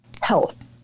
health